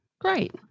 Great